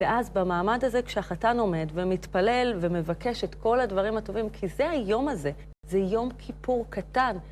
ואז במעמד הזה כשהחתן עומד, ומתפלל, ומבקש את כל הדברים הטובים כי זה היום הזה, זה יום כיפור קטן.